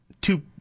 two